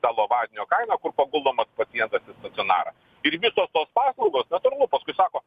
tą lovadienio kainą kur paguldomas pacientas į stacionarą ir visos tos paslaugos na turbūt paskui sako